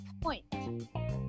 point